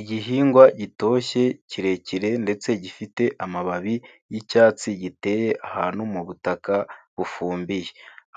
Igihingwa gitoshye kirekire ndetse gifite amababi y'icyatsi giteye ahantu mu butaka bufumbiye,